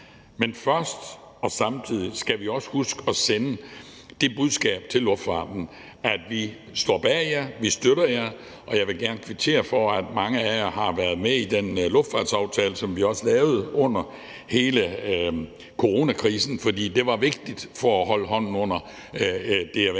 Men samtidig skal vi også huske at sende det budskab til luftfarten, at vi står bag den og vi støtter den. Og jeg vil gerne kvittere for, at mange af jer har været med i den luftfartsaftale, som vi lavede under coronakrisen, for det var vigtigt for at holde hånden under det